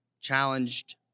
challenged